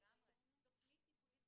אלא היא תוכנית טיפולית